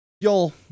y'all